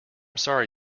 sorry